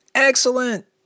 Excellent